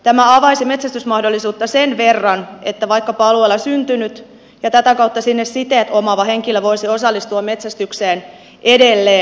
tämä avaisi metsästysmahdollisuutta sen verran että vaikkapa alueella syntynyt ja tätä kautta sinne siteet omaava henkilö voisi osallistua metsästykseen edelleen